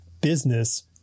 business